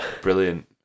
Brilliant